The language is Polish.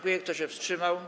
Kto się wstrzymał?